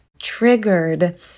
triggered